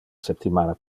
septimana